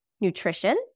nutrition